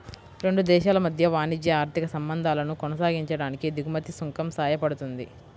రెండు దేశాల మధ్య వాణిజ్య, ఆర్థిక సంబంధాలను కొనసాగించడానికి దిగుమతి సుంకం సాయపడుతుంది